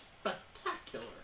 spectacular